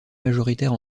majoritaire